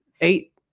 Eight